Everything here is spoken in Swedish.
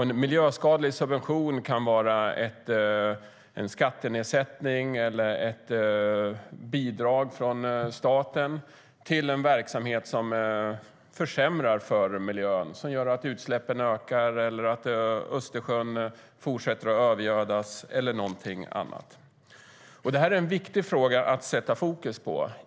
En miljöskadlig subvention kan vara en skattenedsättning eller ett bidrag från staten till en verksamhet som försämrar för miljön, som gör att utsläppen ökar, att Östersjön fortsätter övergödas eller någonting annat. Det är en viktig fråga att sätta fokus på.